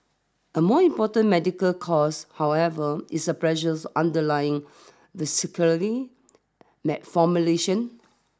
a more important medical cause however is the pressures underlying vascular malformation